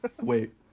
Wait